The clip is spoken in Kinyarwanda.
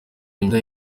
imyenda